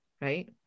Right